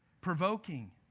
provoking